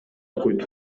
окуйт